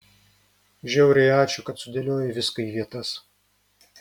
žiauriai ačiū kad sudėliojai viską į vietas